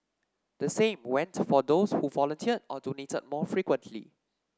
the same went for those who volunteered or donated more frequently